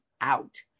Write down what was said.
out